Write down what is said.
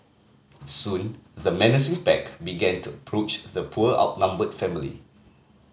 soon the menacing pack began to approach the poor outnumbered family